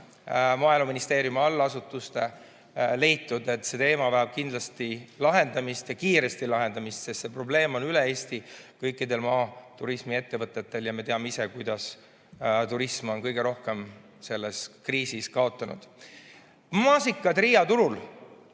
Maaeluministeeriumi allasutuste kaudu leitud. See teema vajab kindlasti lahendamist ja kiiresti lahendamist, sest see probleem on üle Eesti kõikidel maaturismiettevõtetel. Me teame, et turism on kõige rohkem selles kriisis kaotanud. Maasikad Riia turul.